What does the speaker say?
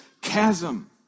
chasm